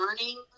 learning